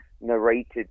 narrated